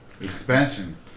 expansion